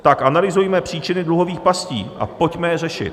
Tak analyzujme příčiny dluhových pastí a pojďme je řešit.